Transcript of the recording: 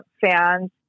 fans